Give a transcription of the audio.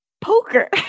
poker